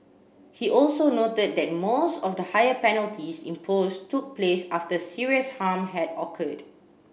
he also noted that most of the higher penalties imposed took place after serious harm had occurred